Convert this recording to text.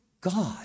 God